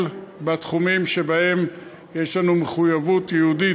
בתחומים שבהם יש לנו מחויבות יהודית,